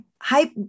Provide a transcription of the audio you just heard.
hype